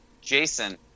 jason